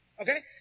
Okay